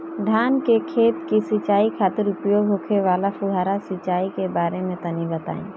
धान के खेत की सिंचाई खातिर उपयोग होखे वाला फुहारा सिंचाई के बारे में तनि बताई?